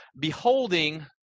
beholding